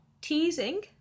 teasing